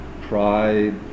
pride